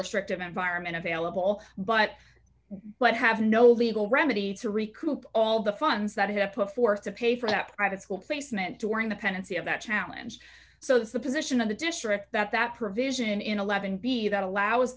restrictive environment available but what have no legal remedy to recoup all the funds that have put forth to pay for that private school placement during the pendency of that challenge so the position of the district that that provision in eleven b that allows